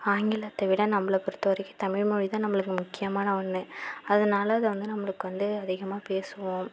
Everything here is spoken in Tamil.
ஆங்கிலத்தை விட நம்மள பொறுத்த வரைக்கும் தமிழ் மொழி தான் நம்மளுக்கு முக்கியமான ஒன்று அதனால அத வந்து நம்மளுக்கு வந்து அதிகமாக பேசுவோம்